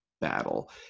battle